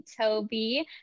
Toby